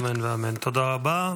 אמן ואמן, תודה רבה.